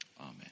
Amen